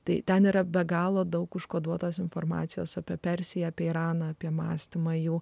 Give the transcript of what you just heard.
tai ten yra be galo daug užkoduotos informacijos apie persiją apie iraną apie mąstymą jų